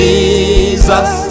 Jesus